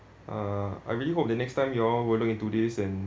uh I really hope the next time you all will look into this and